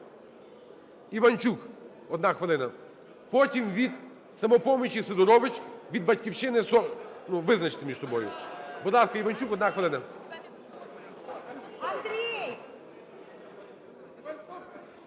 Іванчук, одна хвилина. Потім від "Самопомочі" – Сидорович, від "Батьківщини"… Визначте між собою. Будь ласка, Іванчук, одна хвилина.